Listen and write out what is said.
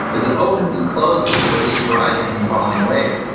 is it opens and closes with each rising and falling wave.